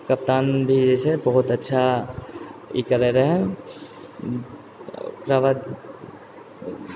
कप्तान भी जे छै बहुत अच्छा ई करै रहै ओकराबाद